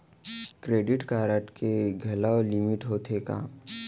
Credit card के घलव limit होथे का?